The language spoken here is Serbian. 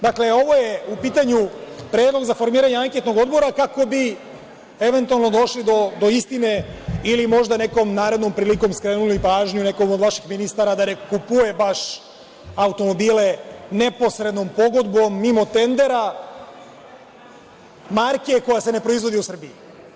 Dakle, ovo je u pitanju predlog za formiranje anketnog odbora, kako bi eventualno došli do istine ili možda nekom narednom prilikom skrenuli pažnju nekom od vaših ministara da ne kupuje baš automobile neposrednom pogodbom, mimo tendera, marke koja se ne proizvodi u Srbiji.